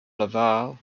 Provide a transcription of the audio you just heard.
laval